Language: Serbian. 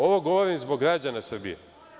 Ovog govorim zbog građana Srbije.